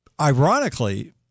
ironically